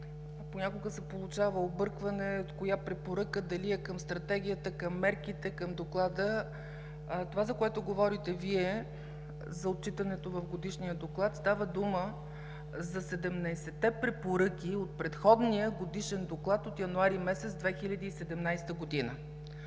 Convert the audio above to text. понякога се получава объркване от коя препоръка, дали е към Стратегията, към мерките, към Доклада? Това, за което говорите Вие, за отчитането в Годишния доклад е, че става дума за 17-те препоръки от предходния Годишен доклад от януари месец 2017 г.